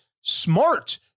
smart-